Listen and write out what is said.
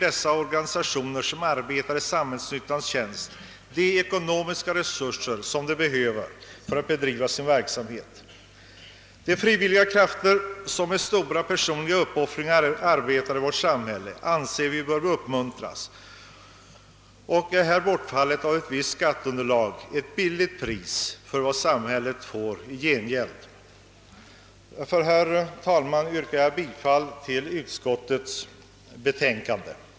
de organisationer som arbetar i samhällsnyttans tjänst de ekonomiska resurser de behöver för att bedriva sin verksamhet. De frivilliga krafter som med stora personliga: uppoffringar arbetar i vårt samhälle anser vi böra uppmuntras. Bortfallet av ett visst skatteunderlag är ett lågt pris:för vad samhället får i gengäld. Därför, herr talman, yrkar jag bifall till bevillningsutskottets hemställan.